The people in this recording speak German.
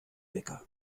wecker